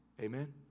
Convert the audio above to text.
amen